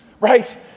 right